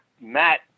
matt